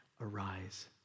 arise